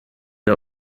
der